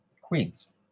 Queens